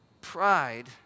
pride